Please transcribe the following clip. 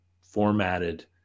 formatted